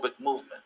movement